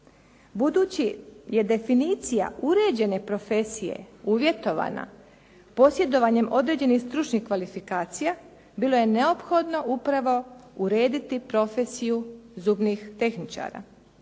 Budući je definicija uređene profesije uvjetovana posjedovanjem određenih stručnih kvalifikacija bilo je neophodno upravo urediti profesiju zubnih tehničara.